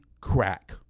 crack